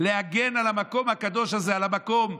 להגן על המקום הקדוש הזה, על המקום,